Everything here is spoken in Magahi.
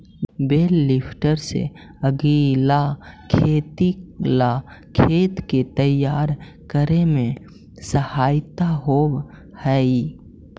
बेल लिफ्टर से अगीला खेती ला खेत के तैयार करे में सहायता होवऽ हई